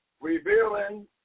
Revealing